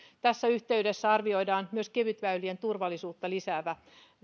tässä yhteydessä arvioidaan myös kevytväylien turvallisuutta lisäävä